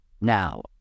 Now